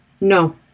No